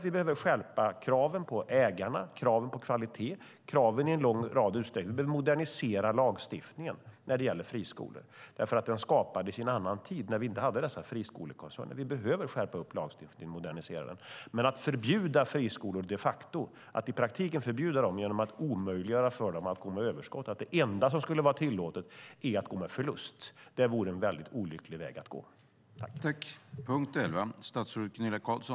Vi behöver skärpa kraven på ägarna och på kvaliteten. Vi behöver modernisera lagstiftningen när det gäller friskolor eftersom den skapades i en tid då vi inte hade friskolekoncerner. Vi behöver skärpa lagstiftningen. Men att i praktiken förbjuda friskolor genom att omöjliggöra för dem att gå med överskott och endast tillåta förlust vore en olycklig väg att gå.